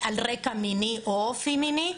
על רקע מיני או אופי מיני,